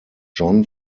john